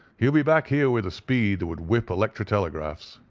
he'll be back here with a speed that would whip electro-telegraphs.